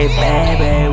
baby